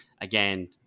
again